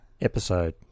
episode